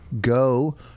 Go